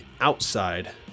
outside